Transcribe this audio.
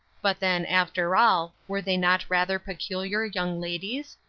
but then, after all, were they not rather peculiar young ladies?